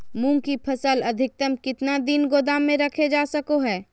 मूंग की फसल अधिकतम कितना दिन गोदाम में रखे जा सको हय?